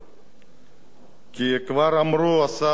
כי כבר אמרו, עשה לא מעט למען מדינת ישראל,